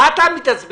מה אתה מתעצבן?